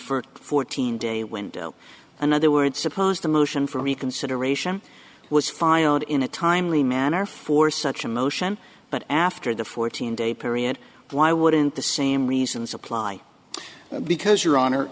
first fourteen day window and other words supposed a motion for reconsideration was filed in a timely manner for such a motion but after the fourteen day period why wouldn't the same reasons apply because your honor